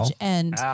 and-